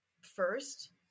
first